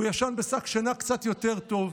והוא ישן בשק שינה קצת יותר טוב.